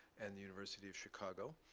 and the university of chicago.